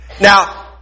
Now